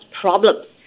problems